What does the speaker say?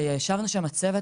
וישבנו שם כל הצוות